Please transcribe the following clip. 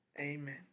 Amen